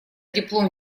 диплом